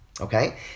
Okay